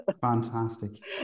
Fantastic